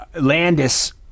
landis